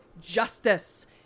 justice